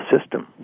system